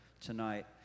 tonight